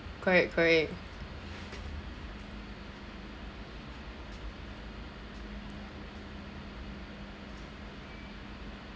correct correct